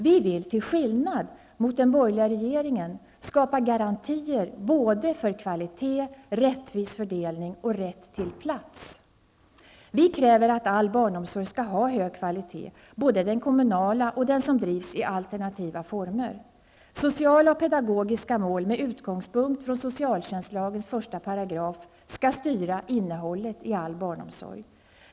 Vi vill till skillnad mot den borgerliga regeringen skapa garantier både för kvalitet, rättvis fördelning och rätt till plats. Vi kräver att all barnomsorg skall ha hög kvalitet, både den kommunala och den som drivs i alternativa former. Sociala och pedagogiska mål med utgångspunkt från 1 § i socialtjänstlagen skall styra innehållet i all barnomsorg.